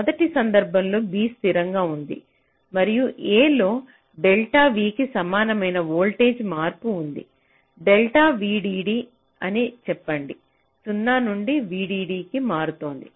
మొదటి సందర్భంలో B స్థిరంగా ఉంది మరియు A లో డెల్టా V కి సమానమైన వోల్టేజ్లో మార్పు ఉంది డెల్టా VDD అని చెప్పండి 0 నుండి VDD కి మారుతోంది